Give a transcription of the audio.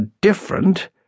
different